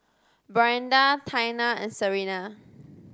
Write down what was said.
Brianda Taina and Serena